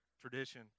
tradition